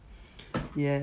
!yay!